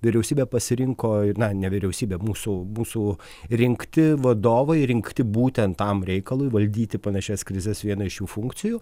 vyriausybė pasirinko na ne vyriausybė mūsų mūsų rinkti vadovai rinkti būtent tam reikalui valdyti panašias krizes vieną iš šių funkcijų